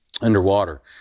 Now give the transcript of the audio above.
underwater